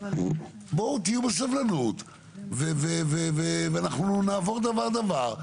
בואו תהיו בסבלנות ואנחנו נעבור דבר דבר,